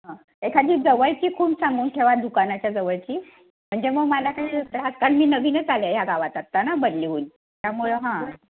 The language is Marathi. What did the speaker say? हं एखादी जवळची खूण सांगून ठेवा दुकानाच्या जवळची म्हणजे मग मला कारण मी नवीनच आले ह्या गावात आत्ता ना बदली होऊ त्यामुळं हां